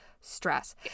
stress